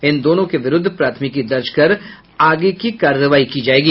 इन दोनों के विरुद्ध प्राथमिकी दर्ज कर आगे की कार्रवाई की जायेगी